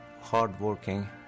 hardworking